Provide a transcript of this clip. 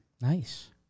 Nice